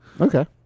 Okay